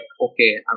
okay